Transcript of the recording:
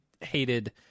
hated